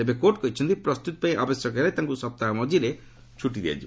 ତେବେ କୋର୍ଟ୍ କହିଛନ୍ତି ପ୍ରସ୍ତୁତି ପାଇଁ ଆବଶ୍ୟକ ହେଲେ ତାଙ୍କୁ ସପ୍ତାହ ମଝିରେ ଛୁଟି ଦିଆଯିବ